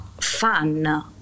fan